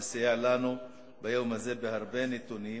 שסייע לנו ביום הזה בהרבה נתונים,